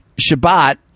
Shabbat